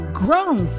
grown